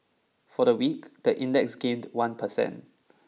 for the week the index gained one percent